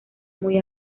muy